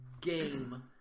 game